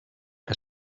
que